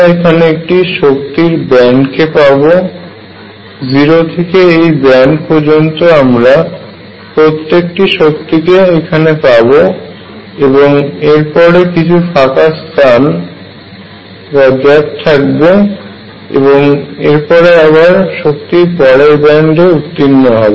আমরা এখানে একটি শক্তির ব্যান্ডকে পাবো 0 থেকে এই ব্যান্ড পর্যন্ত আমরা প্রত্যেকটি শক্তিকে এখানে পাব এবং এরপরে কিছু স্থান ফাঁকা থাকবে এবং এরপরে আবার শক্তি পরের ব্যান্ডে উত্তীর্ণ হবে